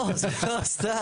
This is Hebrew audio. לא, זה לא סתם.